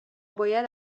باید